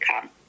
come